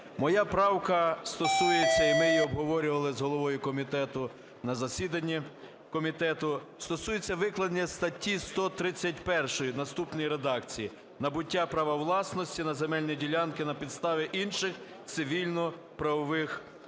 Моя правка стосується, і ми її обговорювали з головою комітету на засіданні комітету, стосується викладення статті 131 в наступній редакції: "Набуття права власності на земельні ділянки на підставі інших цивільно-правових угод.